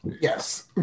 Yes